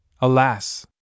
alas